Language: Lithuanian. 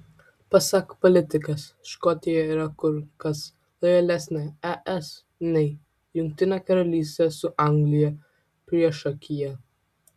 pasak politikės škotija yra kur kas lojalesnė es nei jungtinė karalystė su anglija priešakyje